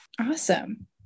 Awesome